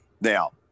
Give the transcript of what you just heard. Now